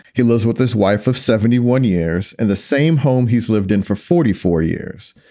he lives with his wife of seventy one years in the same home he's lived in for forty four years.